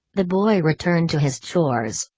the boy returned to his chores,